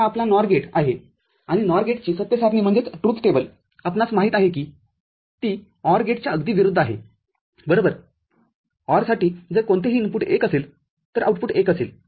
तरहा आपला NOR गेटआहे आणि NOR गेटची सत्य सारणीआपणास माहित आहे की ती OR गेटच्याअगदी विरुद्ध आहे बरोबर OR साठी जर कोणतेही इनपुट१ असेल तर आउटपुट१ असेल